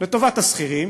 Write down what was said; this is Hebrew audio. לטובת השכירים,